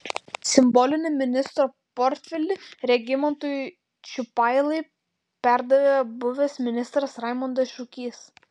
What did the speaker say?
simbolinį ministro portfelį regimantui čiupailai perdavė buvęs ministras raimondas šukys